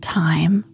time